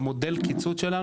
במודל הקיצוץ שלנו,